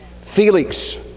Felix